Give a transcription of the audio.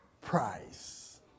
price